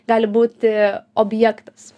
gali būti objektas